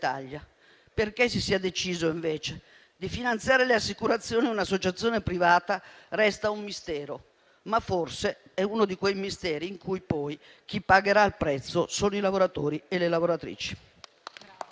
Perché si sia deciso, invece, di finanziare le assicurazioni di un'associazione privata resta un mistero, ma forse è uno di quei misteri di cui poi chi pagherà il prezzo saranno i lavoratori e le lavoratrici.